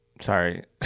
Sorry